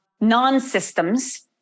non-systems